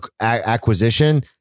acquisition